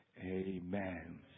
Amen